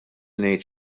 ngħid